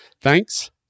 Thanks